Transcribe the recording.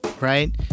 Right